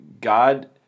God